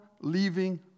leaving